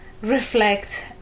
reflect